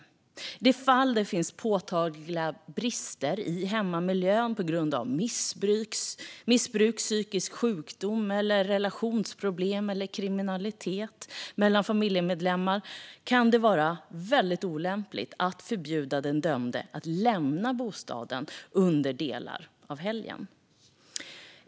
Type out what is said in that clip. I de fall det finns påtagliga brister i hemmiljön på grund av missbruk, psykisk sjukdom, relationsproblem eller kriminalitet i familjen kan det vara väldigt olämpligt att förbjuda den dömde att lämna bostaden under delar av helgen.